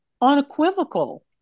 unequivocal